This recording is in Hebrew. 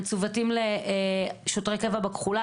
ומצוותים לשוטרי קבע בכחולה.